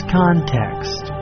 context